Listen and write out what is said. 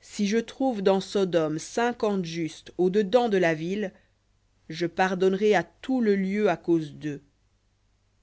si je trouve dans sodome cinquante justes au dedans de la ville je pardonnerai à tout le lieu à cause d'eux